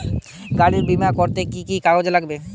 গাড়ীর বিমা করতে কি কি কাগজ লাগে?